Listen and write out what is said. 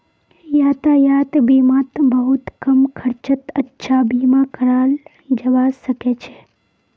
यातायात बीमात बहुत कम खर्चत अच्छा बीमा कराल जबा सके छै